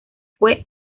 fue